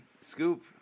scoop